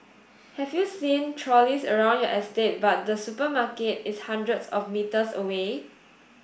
have you seen trolleys around your estate but the supermarket is hundreds of metres away